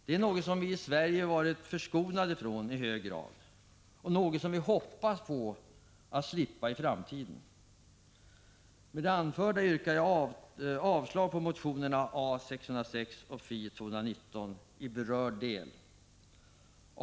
Det är något som vi i Sverige varit i hög grad förskonade ifrån och något som vi hoppas slippa i framtiden. Med det anförda yrkar jag avslag på motionerna A606 och Fi219 i berörd del.